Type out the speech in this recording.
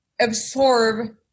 absorb